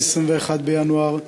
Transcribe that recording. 21 בינואר,